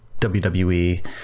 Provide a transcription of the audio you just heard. WWE